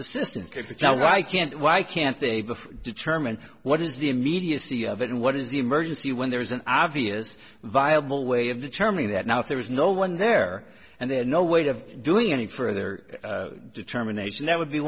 job why can't why can't they determine what is the immediacy of it and what is emergency when there is an obvious viable way of determining that now if there is no one there and there's no way of doing any further determination that would be